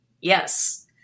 yes